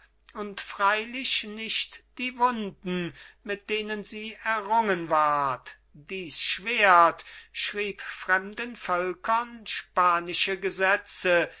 und freilich nicht die wunden mit denen sie errungen ward dies schwert schrieb fremden völkern spanische gesetze